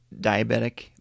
diabetic